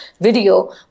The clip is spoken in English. video